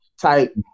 type